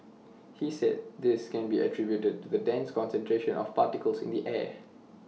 he said this can be attributed to the dense concentration of particles in the air